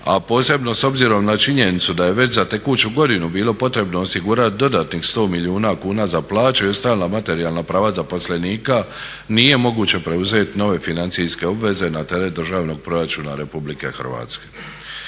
a posebno s obzirom na činjenicu da je već za tekuću godinu bilo potrebno osigurati dodatnih 100 milijuna kuna za plaće i ostala materijalna prava zaposlenika nije moguće preuzeti nove financijske obveze na teret državnog proračuna Republike Hrvatske.